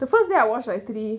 the first day I watch like three